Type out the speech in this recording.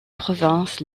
provinces